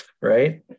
right